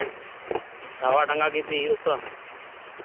ᱫᱷᱟᱣᱟᱰᱟᱸᱜᱟ ᱜᱮ ᱤᱫᱤ ᱦᱳᱭᱳᱜ ᱟᱛᱚ